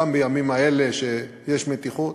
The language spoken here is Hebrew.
גם בימים האלה שיש מתיחות.